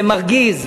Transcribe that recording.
זה מרגיז,